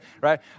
right